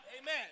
Amen